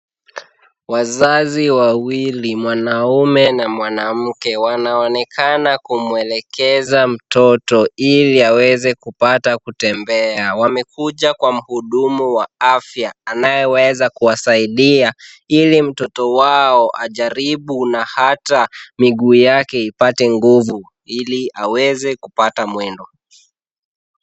Wazazi wawili wanaume na mwanamke wanaonekana kumwelekeza mtoto ili aweze kupata kutembea, wamekuja kwa mhudumu wa afya anayeweza kuwasaidia, ili mtoto wao ajaribu na hata miguu yake ipate nguvu, Ili aweze kupata mweno.